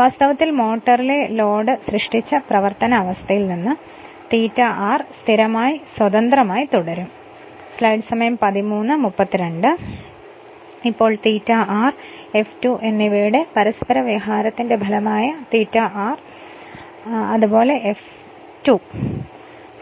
വാസ്തവത്തിൽ മോട്ടറിലെ ലോഡ് സൃഷ്ടിച്ച പ്രവർത്തന അവസ്ഥയിൽ നിന്ന് ∅r സ്ഥിരമായി സ്വതന്ത്രമായി തുടരും ഇപ്പോൾ ∅r F2 എന്നിവയുടെ പരസ്പരവ്യവഹാരത്തിന്റെ ഫലമായ ∅r and F2